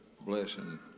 blessing